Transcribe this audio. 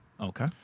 Okay